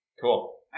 Cool